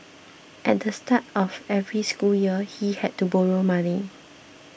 at the start of every school year he had to borrow money